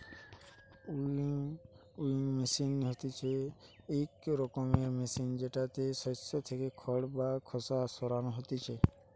winnowing machine হতিছে ইক রকমের মেশিন জেতাতে শস্য থেকে খড় বা খোসা সরানো হতিছে